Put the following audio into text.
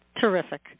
terrific